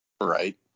Right